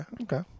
Okay